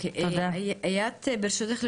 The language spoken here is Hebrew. איאת ברשותך,